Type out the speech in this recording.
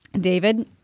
David